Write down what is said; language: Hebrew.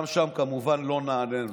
וגם שם, כמובן, לא נענינו.